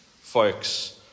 folks